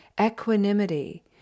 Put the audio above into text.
equanimity